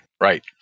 right